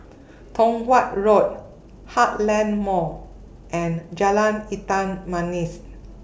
Tong Watt Road Heartland Mall and Jalan Hitam Manis